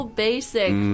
basic